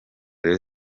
rayon